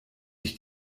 ich